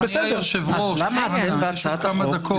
אז למה אתם בהצעת החוק?